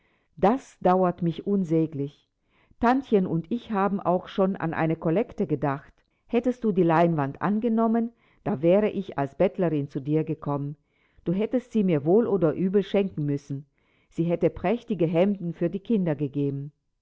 das dauert mich unsäglich tantchen und ich haben auch schon an eine kollekte gedacht hättest du die leinwand angenommen da wäre ich als bettlerin zu dir gekommen du hättest sie mir wohl oder übel schenken müssen sie hätte prächtige hemden für die kinder gegeben